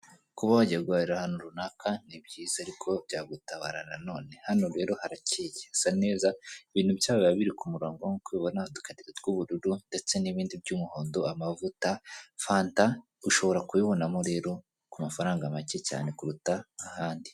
Kuba wajya guhahira ahantu runaka ni byiza ariko byagutabara nanone, hano rero haracyeye hasa neza, ibintu by'aho biba biri ku murongo nk'uko ubibona udukarito tw'ubururu ndetse n'ibindi by'umuhondo amavuta, fanta, ushobora kubibonamo rero ku mafaranga make cyane kuruta ahandi.